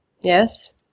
Yes